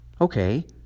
Okay